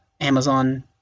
Amazon